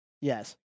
Yes